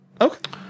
okay